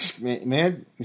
man